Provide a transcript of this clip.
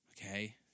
Okay